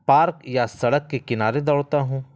park یا سڑک کے کنارے دوڑتا ہوں